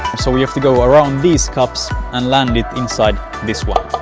so we have to go around these cups and land it inside this one.